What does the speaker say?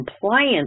compliance